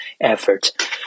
effort